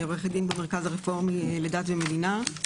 אני עורכת דין במרכז הרפורמי לדת ומדינה,